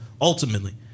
Ultimately